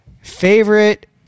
Favorite